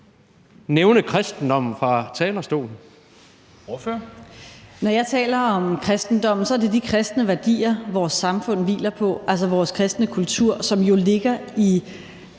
Pernille Vermund (NB): Når jeg taler om kristendommen, er det de kristne værdier, vores samfund hviler på, altså vores kristne kultur, som jo ligger i